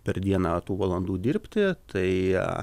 per dieną tų valandų dirbti tai